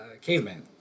caveman